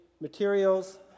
materials